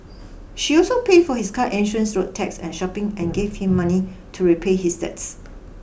she also paid for his car insurance road tax and shopping and gave him money to repay his debts